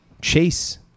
chase